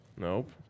nope